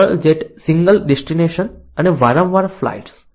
સરળ jet single destination અને વારંવાર ફ્લાઇટ્સ